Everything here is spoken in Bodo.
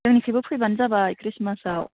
जोंनिथिंबो फैबानो जाबाय ख्रिस्टमासआव